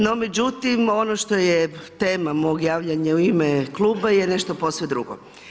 No međutim ono što je tema mog javljanja u ime kluba je nešto posve drugo.